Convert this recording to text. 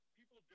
people